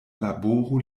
laboru